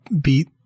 beat